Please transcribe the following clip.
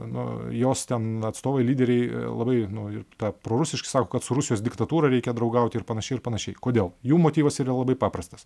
nu jos ten atstovai lyderiai labai nu ir ta prorusiški sako kad su rusijos diktatūra reikia draugaut ir panašiai ir panašiai kodėl jų motyvas yra labai paprastas